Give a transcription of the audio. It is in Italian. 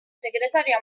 segretario